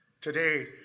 Today